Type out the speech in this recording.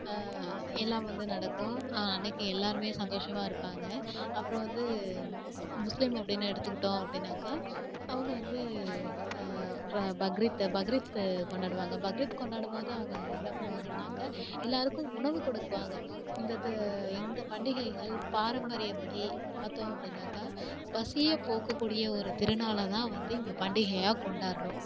எல்லாம் வந்து நடக்கும் அன்றைக்கி எல்லோருமே சந்தோஷமாக இருப்பாங்க அப்புறம் வந்து முஸ்லீம் அப்படின்னு எடுத்துக்கிட்டோம் அப்படின்னாக்கா அவங்க வந்து ர பக்ரீத்து பக்ரீத்து கொண்டாடுவாங்க பக்ரீத் கொண்டாடும் போது அவங்க என்ன பண்ணுவாங்கன்னாக்கா எல்லோருக்கும் உணவு கொடுப்பாங்க இந்த த பண்டிகைகள் பாரம்பரியப்படி பார்த்தோம் அப்படின்னாக்கா பசியை போக்கக்கூடிய ஒரு திருநாளாகதான் வந்து இங்கே பண்டிகையாக கொண்டாடுறோம்